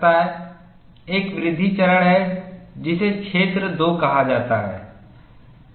एक वृद्धि चरण है जिसे क्षेत्र 2 कहा जाता है